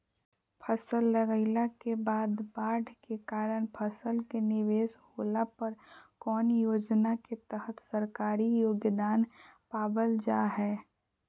फसल लगाईला के बाद बाढ़ के कारण फसल के निवेस होला पर कौन योजना के तहत सरकारी योगदान पाबल जा हय?